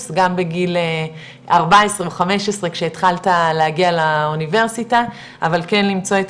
גם בגיל 14 או 15 כשהתחלת להגיע לאוניברסיטה אבל כן למצוא את